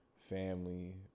family